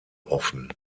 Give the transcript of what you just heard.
offen